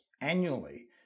annually